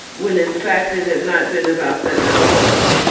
when in fact it had not been about that at all.